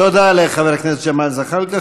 תודה לחבר הכנסת ג'מאל זחאלקה.